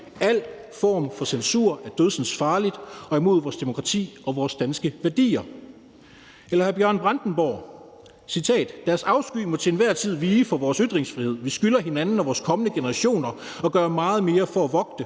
Al form for censur er dødsensfarlig og imod vores demokrati og imod vores danske værdier.« Eller som hr. Bjørn Brandenborg har sagt: »Deres afsky må til enhver tid vige for vores ytringsfrihed. Vi skylder hinanden og vores kommende generationer at gøre meget mere for at vogte